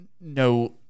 no